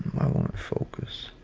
won't focus